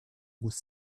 was